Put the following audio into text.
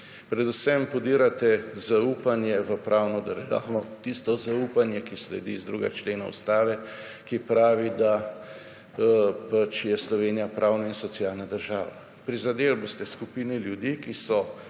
Predvsem podirate zaupanje v pravno državo. Tisto zaupanje, ki sledi iz 2. člena Ustave, ki pravi, da pač je Slovenija pravna in socialna država. Prizadeli boste skupino ljudi, ki so